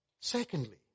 Secondly